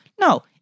No